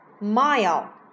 mile